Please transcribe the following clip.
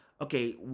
okay